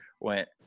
went